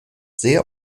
sehr